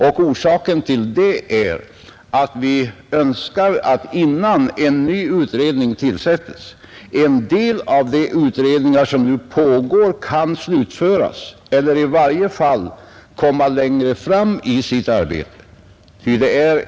Orsaken härtill är att vi önskar att — innan en ny utredning tillsätts — en del av de utredningar som nu pågår skall ha slutfört eller i varje fall ha kommit längre i sitt arbete.